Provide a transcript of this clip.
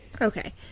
Okay